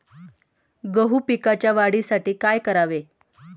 गहू पिकाच्या वाढीसाठी काय करावे?